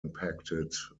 impacted